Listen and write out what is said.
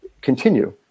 continue